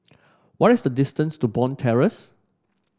what is the distance to Bond Terrace